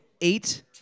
eight